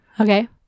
okay